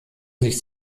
sich